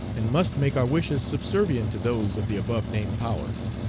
and must make our wishes subservient to those of the above-named powers,